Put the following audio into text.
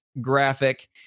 graphic